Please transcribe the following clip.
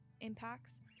impacts